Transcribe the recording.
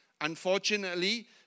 unfortunately